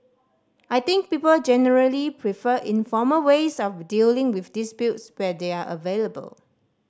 I think people generally prefer informal ways of dealing with disputes where they are available